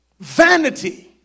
vanity